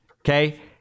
okay